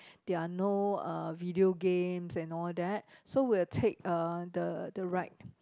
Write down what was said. there are no uh video games and all that so we'll take uh the the ride